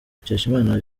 mukeshimana